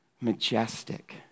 majestic